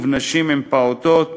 בנשים עם פעוטות ובקשישים.